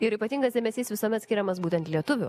ir ypatingas dėmesys visuomet skiriamas būtent lietuvių